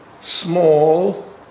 small